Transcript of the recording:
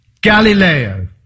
Galileo